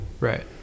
Right